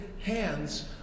hands